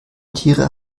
tiere